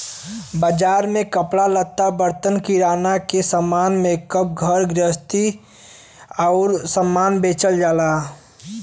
बाजार में कपड़ा लत्ता, बर्तन, किराना के सामान, मेकअप, घर गृहस्ती आउर सामान बेचल जाला